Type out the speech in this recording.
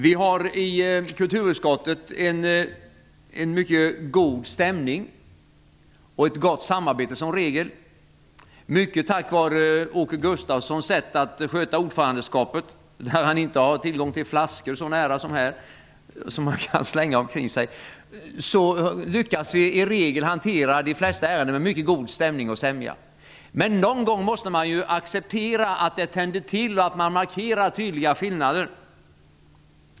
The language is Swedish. Vi har i kulturutskottet en mycket god stämning och som regel ett gott samarbete, mycket tack vare Åke Gustavssons sätt att sköta ordförandeskapet - när han inte har tillgång till vattenflaskor så nära som här som han kan slänga omkring sig, som den som just gick omkull! Vi lyckas i regel hantera de flesta ärenden med mycket god stämning och sämja. Men någon gång måste man acceptera att det tänder till och att man markerar tydliga skillnader.